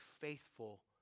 faithful